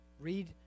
Read